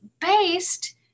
based